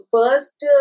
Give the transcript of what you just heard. First